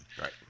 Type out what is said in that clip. Right